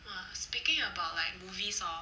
!wah! speaking about like movies hor